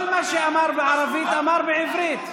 כל מה שאמר בערבית, אמר בעברית.